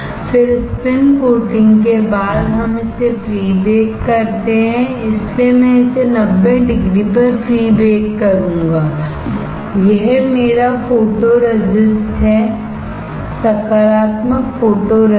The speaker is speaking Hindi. फिर स्पिन कोटिंग के बाद हम इसे प्री बेक करते हैं इसलिए मैं इसे 90 डिग्री पर प्री बेक करूंगा यह मेरा फोटोरेसिस्ट है सकारात्मक फोटोरेसिस्ट